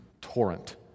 torrent